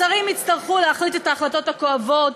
השרים יצטרכו להחליט את ההחלטות הכואבות,